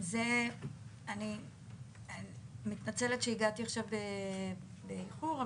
אני מתנצלת שהגעתי עכשיו באיחור.